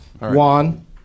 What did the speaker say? Juan